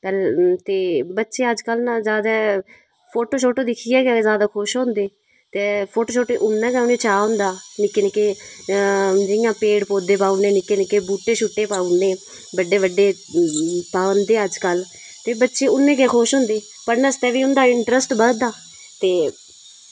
ते बच्चे अजकल्ल न जादै फोटो शोटो दिक्खियै गै जादै खुश होंदे ते फोटो शोटो उन्ना गै उ'नें गी चाऽ होंदा निक्के निक्के जि'यां पेड़ पौधे पाई ओड़ने बूह्ट्टे शूट्टे पाई ओड़ने बड्डे बड्डे पांदे अजकल्ल ते बच्चे उन्ने गै खुश होंदे पढ़नै आस्तै बी उं'दे इन्टरस्ट बदधा ते